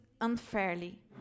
unfairly